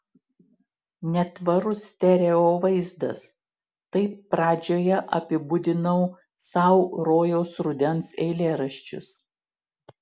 netvarus stereo vaizdas taip pradžioje apibūdinau sau rojaus rudens eilėraščius